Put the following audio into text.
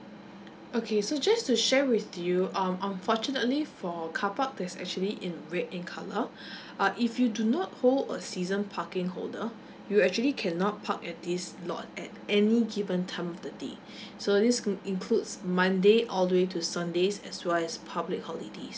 okay so just to share with you um unfortunately for car park that's actually in red in colour uh if you do not hold a season parking holder you actually cannot park at this lot at any given time of the day so this mm includes monday all the way to sundays as well as public holidays